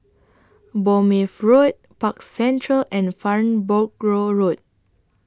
Bournemouth Road Park Central and Farnborough Road